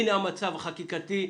הנה המצב החקיקתי,